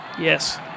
Yes